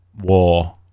war